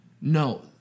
No